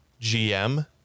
GM